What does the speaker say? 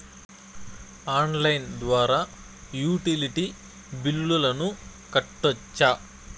Online ద్వారా utility బిల్లులను కట్టొచ్చా?